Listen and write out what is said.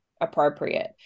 appropriate